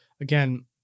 again